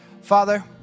Father